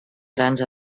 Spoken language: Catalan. grans